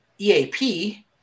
EAP